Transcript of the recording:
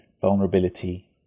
vulnerability